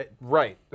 Right